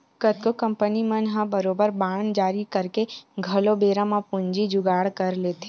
कतको कंपनी मन ह बरोबर बांड जारी करके घलो बेरा म पूंजी के जुगाड़ कर लेथे